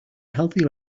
healthy